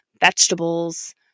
vegetables